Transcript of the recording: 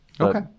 okay